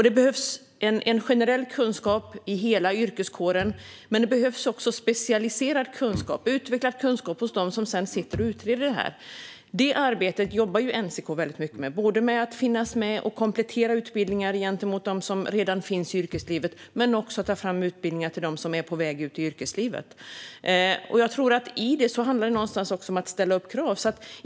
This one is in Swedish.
Det behövs en generell kunskap i hela yrkeskåren, men det behövs också specialiserad och utvecklad kunskap hos dem som sedan sitter och utreder detta. Det jobbar NCK väldigt mycket med, både när det gäller att finnas med och komplettera utbildningar gentemot dem som redan finns i yrkeslivet och när det gäller att ta fram utbildningar till dem som är på väg ut i yrkeslivet. Jag tror att det någonstans i detta också handlar om att ställa krav.